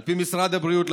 על פי משרד הבריאות,